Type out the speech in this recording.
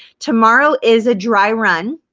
tomorrow is a dry run